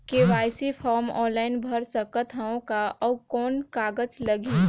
KYC form online भर सकत हवं का? अउ कौन कागज लगही?